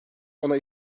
ona